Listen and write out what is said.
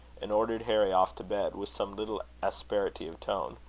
and ordered harry off to bed, with some little asperity of tone.